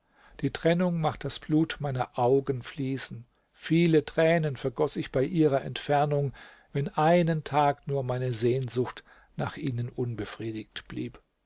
die trennung macht das blut meiner augen fließen viele tränen vergoß ich bei ihrer entfernung wenn einen tag nur meine sehnsucht nach ihnen unbefriedigt blieb